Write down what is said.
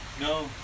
No